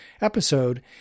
episode